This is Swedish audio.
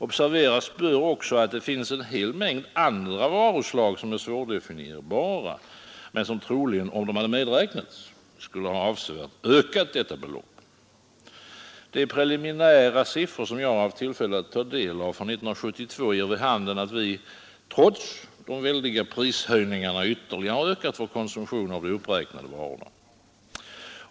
Observeras bör också att det finns en hel mängd andra varuslag, som är svårdefinierbara men som troligen, om de hade medräknats, skulle ha avsevärt ökat detta belopp. De preliminära siffror som jag haft tillfälle att ta del av för 1972 ger vid handen, att vi — trots de väldiga prishöjningarna — ytterligare ökat vår konsumtion av de uppräknade varorna.